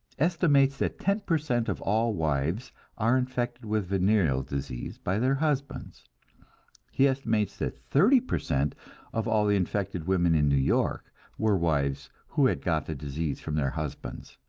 estimates that ten per cent of all wives are infected with venereal disease by their husbands he estimates that thirty per cent of all the infected women in new york were wives who had got the disease from their husbands.